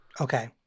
okay